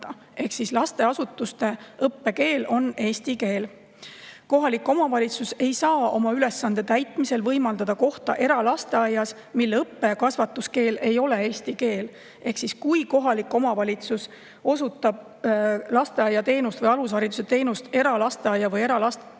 Ehk lasteasutuste õppekeel on eesti keel. Kohalik omavalitsus ei saa oma ülesande täitmisel võimaldada kohta eralasteaias, mille õppe‑ ja kasvatuskeel ei ole eesti keel. Ehk kui kohalik omavalitsus osutab lasteaiateenust või alushariduse teenust eralasteaia või eralastehoiu